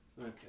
Okay